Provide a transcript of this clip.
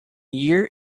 year